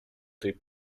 tej